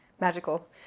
magical